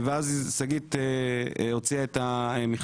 ואז היא הוציאה את המכתב